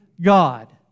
God